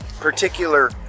particular